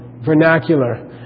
vernacular